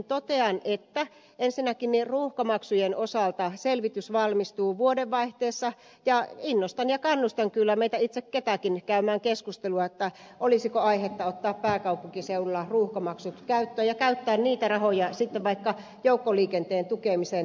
totean että ensinnäkin niiden ruuhkamaksujen osalta selvitys valmistuu vuodenvaihteessa ja innostan ja kannustan kyllä meitä itse kutakin käymään keskustelua olisiko aihetta ottaa pääkaupunkiseudulla ruuhkamaksut käyttöön ja käyttää niitä rahoja sitten vaikka joukkoliikenteen tukemiseen täällä pääkaupunkiseudulla